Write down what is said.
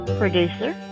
producer